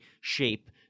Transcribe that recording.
shape